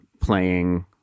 playing